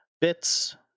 bits